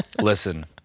Listen